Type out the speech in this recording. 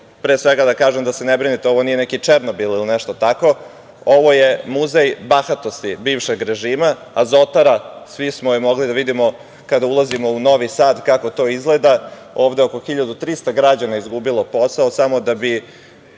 pre svega da kažem da se ne brinete, ovo nije neki Černobil, ili nešto tako, ovo je muzej bahatosti bivšeg režima, Azotara, svi smo mogli da je vidimo kada ulazimo u Novi Sad, kako to izgleda, ovde je oko 1300 građana izgubilo posao, samo da bi